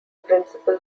principal